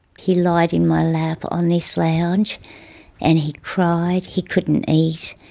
he lied in my lap on this lounge and he cried, he couldn't eat,